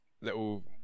little